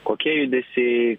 kokie judesiai